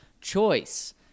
choice